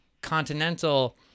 Continental